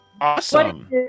Awesome